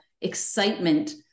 excitement